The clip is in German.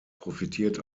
profitiert